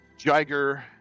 Jiger